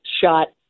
shot